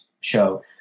show